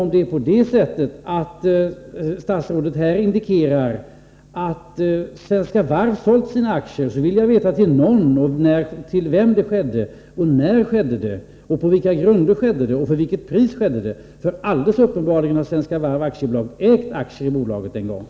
Om Svenska Varv, som statsrådet här indikerar, har sålt sina aktier, vill jag veta till vem, när, på vilka grunder och till vilket pris som det skedde, för det är alldeles uppenbart att Svenska Varv AB en gång har ägt aktier i Landskrona Finans.